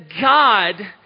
God